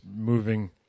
moving